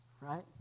right